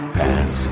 pass